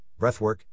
breathwork